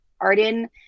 Arden